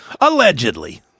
Allegedly